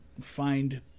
find